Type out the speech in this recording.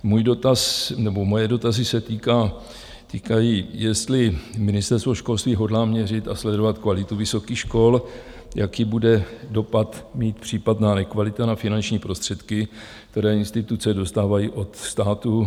Můj dotaz nebo moje dotazy se týkají, jestli Ministerstvo školství hodlá měřit a sledovat kvalitu vysokých škol, jaký bude mít dopad případná nekvalita na finanční prostředky, které instituce dostávají od státu?